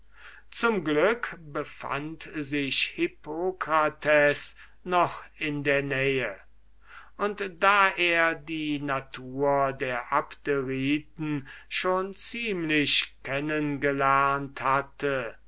zum glücke befand sich hippokrates noch in der nähe und da er die natur der abderiten schon ziemlich kennen gelernt hatte